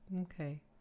Okay